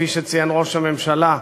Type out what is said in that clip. שכפי שציין ראש הממשלה,